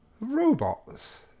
Robots